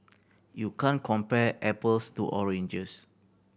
you can't compare apples to oranges